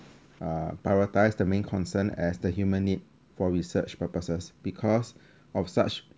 uh prioritise the main concern as the human need for research purposes because of such